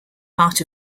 part